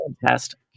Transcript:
fantastic